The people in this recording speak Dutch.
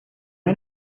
een